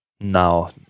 now